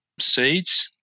seeds